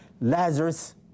Lazarus